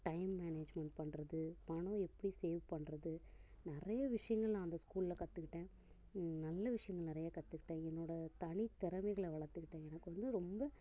time management பண்ணுறது பணம் எப்படி சேவ் பண்ணுறது நிறையா விஷயங்கள் நான் அந்த ஸ்கூலில் கற்றுக்கிட்டேன் நல்ல விஷயங்கள் நிறையா கற்றுக்கிட்டேன் என்னோடய தனித்திறமைகளை வளர்த்துக்கிட்டேன் எனக்கு வந்து ரொம்ப